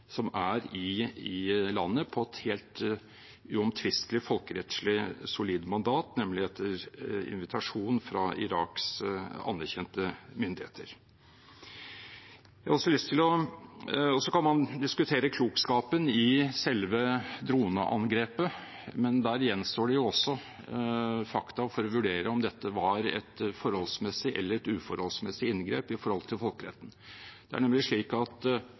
er i landet med et helt uomtvistelig folkerettslig solid mandat, nemlig etter invitasjon fra Iraks anerkjente myndigheter. Så kan man diskutere klokskapen i selve droneangrepet, men der gjenstår det fakta for å vurdere om dette var et forholdsmessig eller et uforholdsmessig inngrep med tanke på folkeretten. Det er nemlig slik at